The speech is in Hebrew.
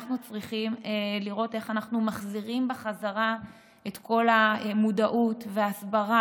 אנחנו צריכים לראות איך אנחנו מחזירים בחזרה את כל המודעות וההסברה